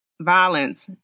violence